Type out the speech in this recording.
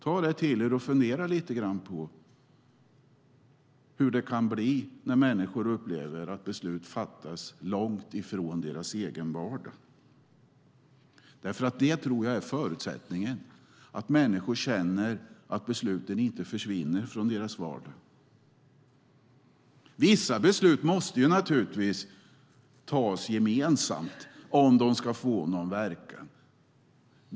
Ta det till er och fundera lite på hur det kan bli när människor upplever att besluten fattas långt ifrån deras egen vardag. Jag tror att det är viktigt att människor känner att besluten inte försvinner från deras vardag. Vissa beslut måste naturligtvis tas gemensamt för att de ska få någon verkan.